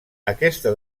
aquesta